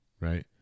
right